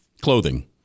clothing